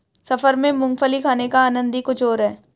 सफर में मूंगफली खाने का आनंद ही कुछ और है